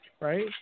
right